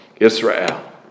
Israel